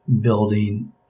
building